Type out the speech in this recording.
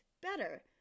better